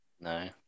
No